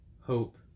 hope